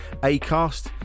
Acast